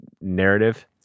narrative